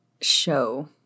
show